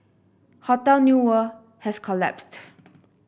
Hotel New World has collapsed